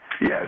Yes